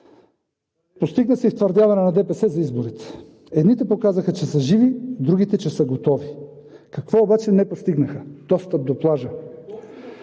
Постигна се и втвърдяване на ДПС за изборите. Едните показаха, че са живи – другите, че са готови. Какво обаче не постигнаха? Достъп до плажа.